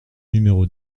numéro